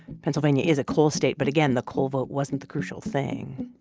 pennsylvania is a coal state but, again, the coal vote wasn't the crucial thing